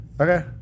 Okay